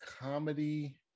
comedy